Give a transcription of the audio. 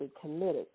committed